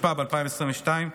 התשפ"ב 2022,